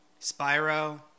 Spyro